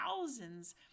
thousands